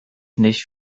nicht